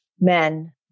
men